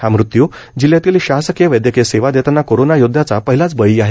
हा मृत्यू जिल्ह्यातील शासकीय वैद्यकीय सेवा देतांना कोरोना योद्धाचा पहिलाच बळी आहे